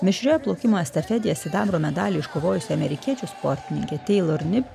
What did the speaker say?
mišrioje plaukimo estafetėje sidabro medalį iškovojusi amerikiečių sportininkė teilor nip